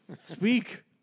Speak